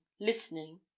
listening